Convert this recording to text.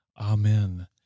Amen